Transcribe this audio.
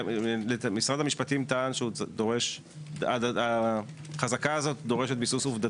משרד המשפטים טען שהחזקה הזאת דורשת ביסוס עובדתי.